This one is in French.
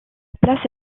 place